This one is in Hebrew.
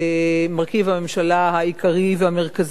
המרכיב העיקרי והמרכזי בממשלה,